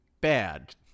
bad